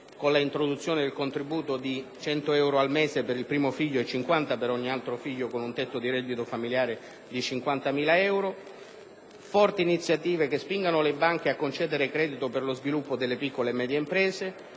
con l'introduzione del contributo di 100 euro al mese per il primo figlio e 50 per ogni altro figlio per famiglie con un tetto di reddito familiare di 50.000 euro; forti iniziative che spingano le banche a concedere credito per lo sviluppo delle piccole e medie imprese;